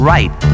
Right